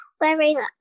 wearing